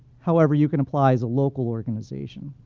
however, you can apply as a local organization.